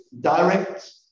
direct